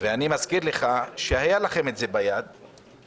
ואני מזכיר לך שהיה לכם את זה ביד ובחרתם